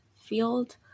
field